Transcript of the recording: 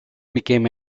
became